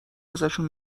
ازشون